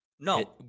No